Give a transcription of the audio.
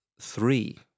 three